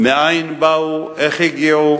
מאין באו, איך הגיעו,